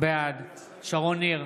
בעד שרון ניר,